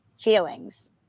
feelings